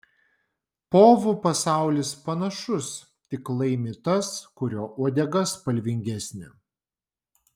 povų pasaulis panašus tik laimi tas kurio uodega spalvingesnė